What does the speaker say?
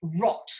rot